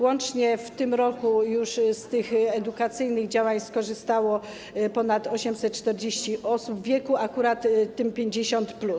Łącznie w tym roku z tych edukacyjnych działań skorzystało już ponad 840 osób w wieku akurat 50+.